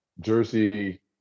Jersey